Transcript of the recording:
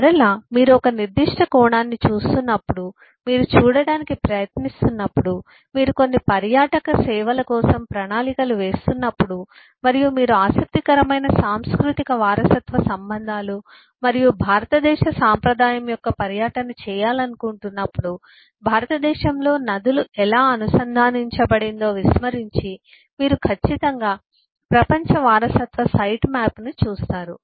మరలా మీరు ఒక నిర్దిష్ట కోణాన్ని చూస్తున్నప్పుడు మీరు చూడటానికి ప్రయత్నిస్తున్నప్పుడు మీరు కొన్ని పర్యాటక సేవల కోసం ప్రణాళికలు వేస్తున్నప్పుడు మరియు మీరు ఆసక్తికరమైన సాంస్కృతిక వారసత్వ ప్రదేశాలు మరియు భారతదేశ సంప్రదాయం యొక్క పర్యటన చేయాలనుకుంటున్నప్పుడు భారతదేశంలో నదులు ఎలా అనుసంధానించబడిందో విస్మరించి మీరు ఖచ్చితంగా ప్రపంచ వారసత్వ సైట్ మ్యాప్ను చూస్తారు